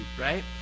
right